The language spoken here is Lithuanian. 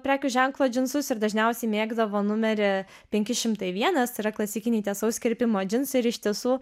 prekių ženklo džinsus ir dažniausiai mėgdavo numerį penki šimtai vienas tai yra klasikiniai tiesaus kirpimo džinsai ir iš tiesų